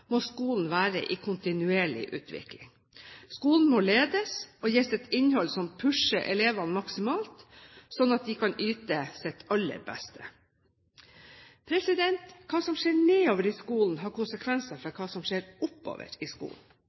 må skolen være i kontinuerlig utvikling. Skolen må ledes og gis et innhold som pusher elevene maksimalt, slik at de kan yte sitt aller beste. Hva som skjer nedover i skolen, har konsekvenser for hva som skjer oppover i skolen.